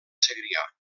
segrià